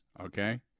Okay